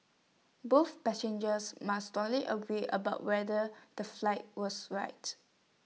both passengers must strongly agree about whether the flight was right